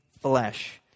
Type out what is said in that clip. flesh